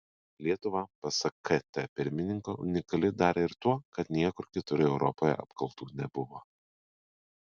lietuva pasak kt pirmininko unikali dar ir tuo kad niekur kitur europoje apkaltų nebuvo